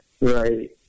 Right